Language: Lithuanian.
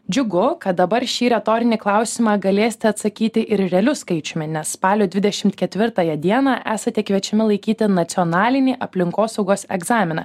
džiugu kad dabar šį retorinį klausimą galėsite atsakyti ir realiu skaičiumi nes spalio dvidešimt ketvirtąją dieną esate kviečiami laikyti nacionalinį aplinkosaugos egzaminą